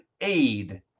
aid